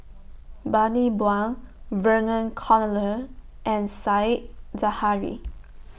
Bani Buang Vernon Cornelius and Said Zahari